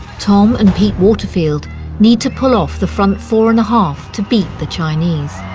tom and pete waterfield need to pull off the front four and a half to beat the chinese.